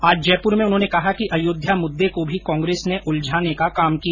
आज जयपुर में उन्होंने कहा कि अयोध्या मुद्दे को भी कांग्रेस ने उलझाने का काम किया